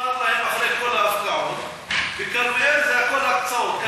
עושה את כל, וכרמיאל זה הכול הקצאות.